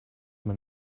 man